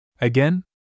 Again